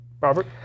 Robert